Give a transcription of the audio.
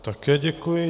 Také děkuji.